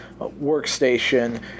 workstation